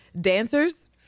dancers